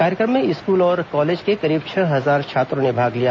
कार्यक्रम में स्कूल और कॉलेज के करीब छह हजार छात्रों ने भाग लिया